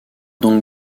donc